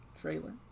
trailer